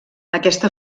aquesta